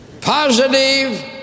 Positive